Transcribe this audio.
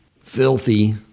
filthy